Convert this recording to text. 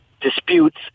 disputes